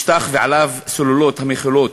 משטח ועליו סוללות המכילות